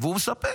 והוא מספר.